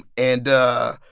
and,